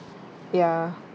ya